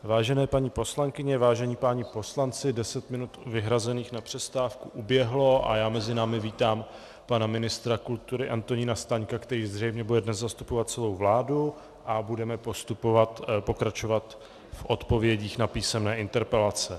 Vážené paní poslankyně, vážení páni poslanci, deset minut vyhrazených na přestávku uběhlo a já mezi námi vítám pana ministra kultury Antonína Staňka, který zřejmě bude dnes zastupovat celou vládu, a budeme pokračovat v odpovědích na písemné interpelace.